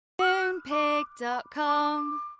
Moonpig.com